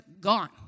gone